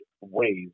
ways